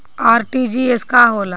RTGS का होला?